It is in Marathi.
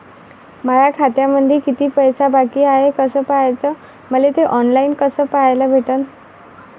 माया खात्यामंधी किती पैसा बाकी हाय कस पाह्याच, मले थे ऑनलाईन कस पाह्याले भेटन?